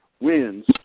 wins